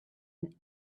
and